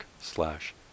slash